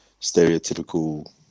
stereotypical